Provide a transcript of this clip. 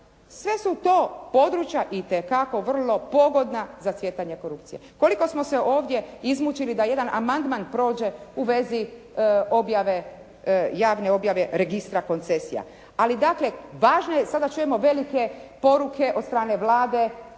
Sve su to područja itekako vrlo pogodna za cvjetanje korupcije. Koliko smo se ovdje izmučili da jedan amandman prođe u vezi objave, javne objave registra koncesija. Ali dakle, važna je, sada čujemo velike poruke od strane Vlade,